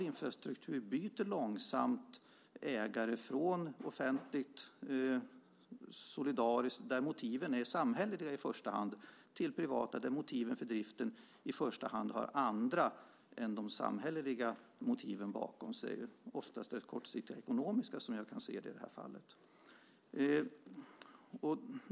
Infrastruktur byter långsamt ägande från offentligt solidariskt, där motiven är samhälleliga i första hand, till privat ägande där motiven för driften i första hand är andra än de samhälleliga. Oftast är det kortsiktiga ekonomiska motiv, som jag också kan se det i det här fallet.